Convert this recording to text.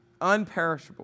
unperishable